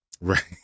Right